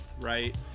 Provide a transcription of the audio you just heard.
right